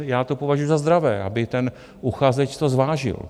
Já to považuju za zdravé, aby ten uchazeč to zvážil.